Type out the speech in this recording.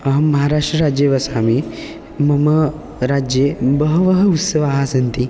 अहं महाराष्ट्रराज्ये वसामि मम राज्ये बहवः उत्सवाः सन्ति